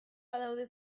badaude